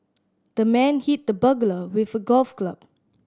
the man hit the burglar with a golf club